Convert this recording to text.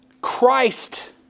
Christ